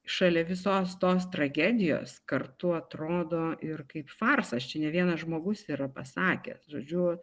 šalia visos tos tragedijos kartu atrodo ir kaip farsas čia ne vienas žmogus yra pasakę žodžiu